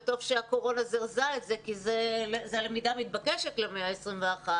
וטוב שהקורונה זרזה את זה כי זו הלמידה המתבקשת למאה ה-21.